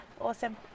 awesome